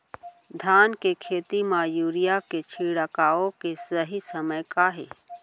धान के खेती मा यूरिया के छिड़काओ के सही समय का हे?